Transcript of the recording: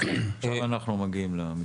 עכשיו אנחנו מגיעים למצטבר.